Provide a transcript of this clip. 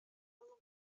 алынган